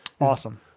Awesome